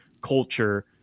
Culture